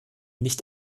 nicht